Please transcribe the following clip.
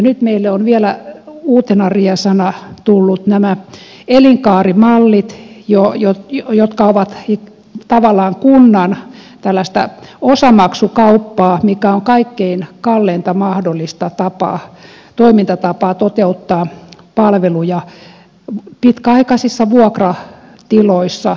nyt meille ovat vielä uutena riesana tulleet nämä elinkaarimallit jotka ovat tavallaan kunnan tällaista osamaksukauppaa mikä on kaikkein kallein mahdollinen toimintatapa toteuttaa palveluja pitkäaikaisissa vuokratiloissa